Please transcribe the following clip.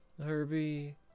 Herbie